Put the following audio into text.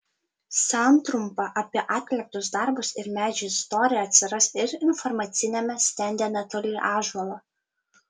santrumpa apie atliktus darbus ir medžio istoriją atsiras ir informaciniame stende netoli ąžuolo